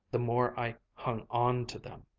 the more i hung on to them.